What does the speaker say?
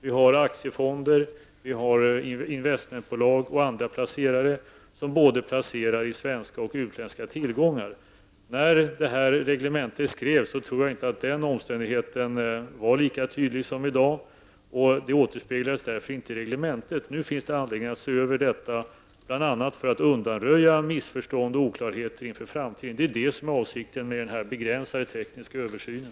Vi har aktiefonder, investmentbolag och andra placerare som placerar både i svenska och i utländska tillgångar. När reglementet skrevs tror jag inte att den omständigheten var lika tydlig som i dag och den återspeglas därför inte i reglementet. Nu finns det anledning att se över detta, bl.a. för att med tanke på framtiden undanröja missförstånd och oklarheter. Det är det som är avsikten med den här begränsade tekniska översynen.